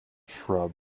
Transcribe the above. shrub